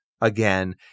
again